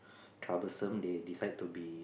troublesome they decide to be